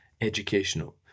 Educational